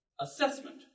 Assessment